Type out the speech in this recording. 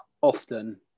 often